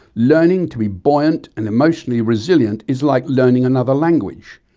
learning to be buoyant and emotionally resilient is like learning another language.